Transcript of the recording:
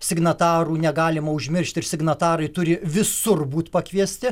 signatarų negalima užmiršt ir signatarai turi visur būt pakviesti